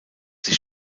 sich